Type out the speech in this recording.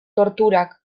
torturak